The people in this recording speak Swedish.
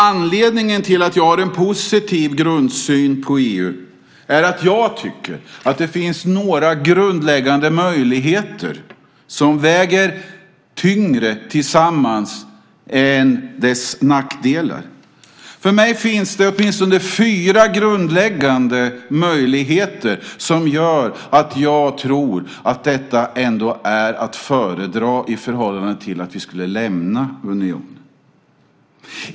Anledningen till att jag har en positiv grundsyn på EU är att jag tycker att det finns några grundläggande möjligheter som väger tyngre tillsammans än nackdelarna. För mig finns det åtminstone fyra grundläggande möjligheter som gör att jag tror att detta ändå är att föredra i förhållande till att vi skulle lämna unionen.